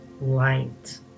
light